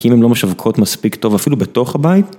אם הם לא משווקות מספיק טוב אפילו בתוך הבית.